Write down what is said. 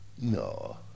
No